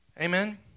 Amen